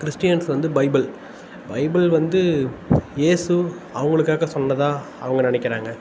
Christians வந்து Bible Bible வந்து இயேசு அவங்களுக்காக சொன்னதாக அவங்க நினைக்கறாங்க